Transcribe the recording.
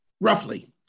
roughly